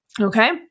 okay